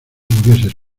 murieses